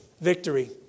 victory